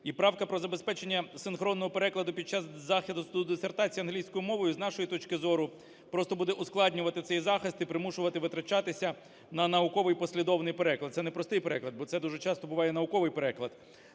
І правка про забезпечення синхронного перекладу під часу захисту дисертації англійською мовою, з нашої точки зору, просто буде ускладнювати цей захист і примушувати витрачатися на науковий і послідовний переклад. Це не простий переклад, бо це дуже часто буває науковий переклад.